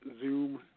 Zoom